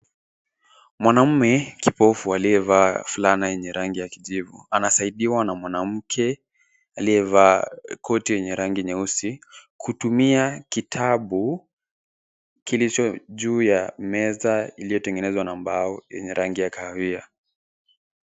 Mwanaume kipofu aliyevaa fulana yenye rangi ya kijivu anasaidiwa na mwanamke aliyevaa koti yenye rangi nyeusi, kutumia kitabu kilicho juu ya meza iliyotengenezwa na mbao yenye rangi ya kahawia.